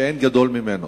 שאין גדול ממנו,